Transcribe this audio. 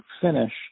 finish